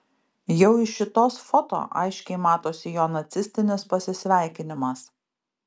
jau iš šitos foto aiškiai matosi jo nacistinis pasisveikinimas